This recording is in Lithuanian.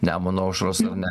nemuno aušros ar ne